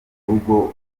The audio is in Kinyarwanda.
rugo